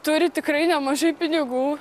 turi tikrai nemažai pinigų